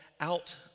out